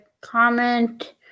comment